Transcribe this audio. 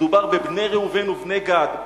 מדובר בבני ראובן ובני גד,